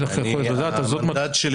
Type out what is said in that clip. המנדט שלי